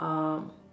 uh